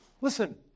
Listen